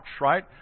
right